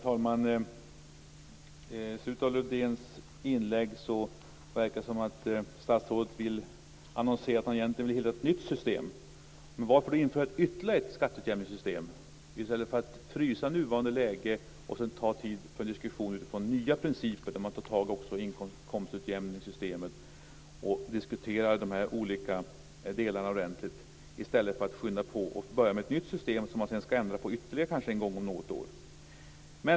Herr talman! I slutet av Lövdéns inlägg verkar det som om statsrådet vill annonsera att han egentligen vill hitta ett nytt system. Men varför införa ytterligare ett skatteutjämningssystem i stället för att frysa nuvarande läge och sedan ta tid för en diskussion utifrån nya principer? Varför inte ta tag i inkomstutjämningssystemet och diskutera de här olika delarna ordentligt i stället för att skynda på och börja med ett nytt system som man sedan kanske skall ändra ytterligare en gång om något år?